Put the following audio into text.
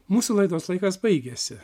mūsų laidos laikas baigėsi